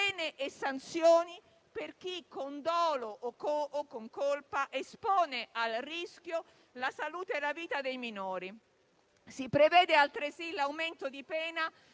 pene e sanzioni per chi, con dolo o colpa, espone al rischio la salute della vita dei minori. Si prevede altresì l'aumento di pena